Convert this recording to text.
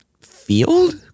field